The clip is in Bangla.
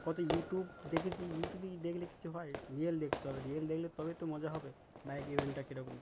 কত ইউটিউব দেখেছি ইউটিউবেই দেখলে কিছু হয় রিয়েল দেখতে হবে রিয়েল দেখলে তবেই তো মজা হবে বাইক ইভেন্টটা কীরকম